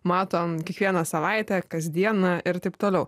matom kiekvieną savaitę kasdieną ir taip toliau